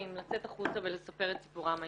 לצאת החוצה ולספר את סיפורם האישי.